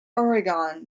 oregon